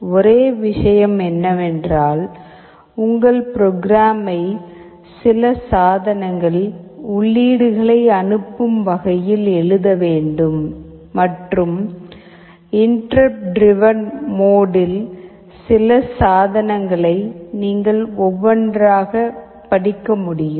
ஒரே விஷயம் என்னவென்றால் உங்கள் ப்ரோக்ராமை சில சாதனங்கள் உள்ளீடுகளை அனுப்பும் வகையில் எழுத வேண்டும் மற்றும் இன்டெர்ருப்ட் திரிவேன் மோடில் சில சாதனங்களை நீங்கள் ஒவ்வொன்றாக படிக்க முடியும்